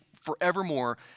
forevermore